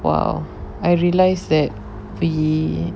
!wow! I realise that fee